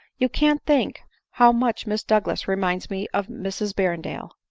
you can't think how much miss douglas reminds me of mrs berrendale!